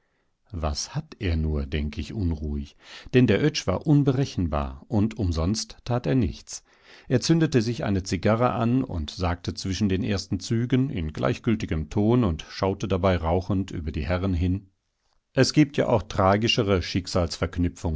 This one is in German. was hat er nur denke ich unruhig denn der oetsch war unberechenbar und umsonst tat er nichts er zündete sich eine zigarre an und sagte zwischen den ersten zügen in gleichgültigem ton und schaute dabei rauchend über die herren hin es gibt ja auch tragischere